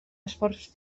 esforç